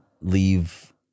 leave